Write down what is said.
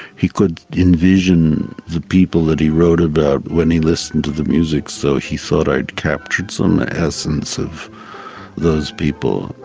he could envision the people that he wrote about when he listened to the music, so he thought i'd captured some essence of those people.